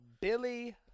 Billy